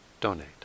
donate